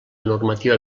normativa